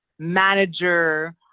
manager